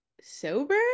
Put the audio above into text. sober